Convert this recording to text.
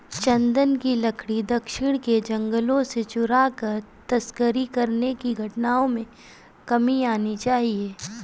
चन्दन की लकड़ी दक्षिण के जंगलों से चुराकर तस्करी करने की घटनाओं में कमी आनी चाहिए